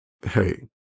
Hey